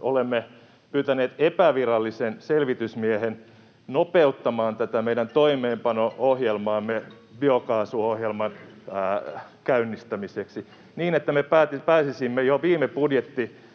olemme pyytäneet epävirallisen selvitysmiehen nopeuttamaan tätä meidän toimeenpano-ohjelmaamme biokaasuohjelman käynnistämiseksi niin, että me pääsisimme jo viime budjettiriihessä